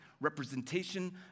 representation